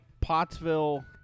Pottsville